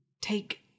take